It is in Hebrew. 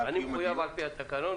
אני מחויב על פי התקנון,